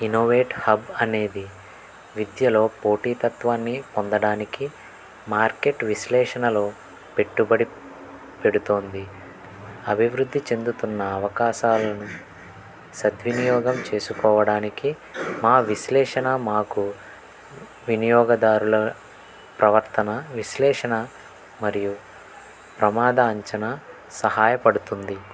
innovate hub అనేది విద్యలో పోటీతత్వాన్ని పొందడానికి మార్కెట్ విశ్లేషణలో పెట్టుబడి పెడుతోంది అభివృద్ధి చెందుతున్న అవకాశాలను సద్వినియోగం చేసుకోవడానికి మా విశ్లేషణ మాకు వినియోగదారుల ప్రవర్తన విశ్లేషణ మరియు ప్రమాద అంచనా సహాయపడుతుంది